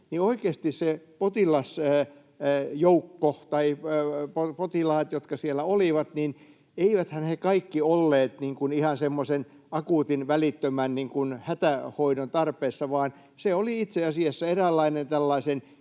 oikeasti ne kaikki potilaat, jotka siellä olivat, olleet ihan semmoisen akuutin, välittömän, hätähoidon tarpeessa, vaan se oli itse asiassa eräänlainen